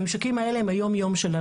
הממשקים האלה הם היום יום שלנו.